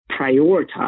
prioritize